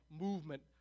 movement